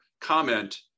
comment